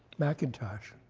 macintosh?